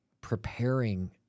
preparing